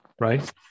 Right